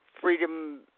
freedom